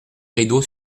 rideaux